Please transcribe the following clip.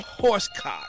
horsecock